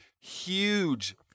Huge